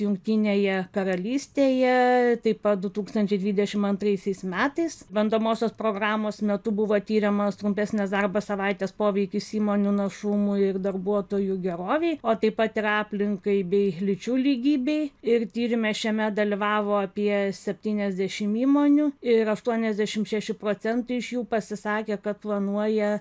jungtinėje karalystėje taip pat du tūkstančiai dvidešim antraisiais metais bandomosios programos metu buvo tiriamas trumpesnės darbo savaitės poveikis įmonių našumui ir darbuotojų gerovei o taip pat ir aplinkai bei lyčių lygybei ir tyrime šiame dalyvavo apie septyniasdešim įmonių ir aštuonesdiašim šeši procentai iš jų pasisakė kad planuoja